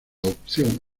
opción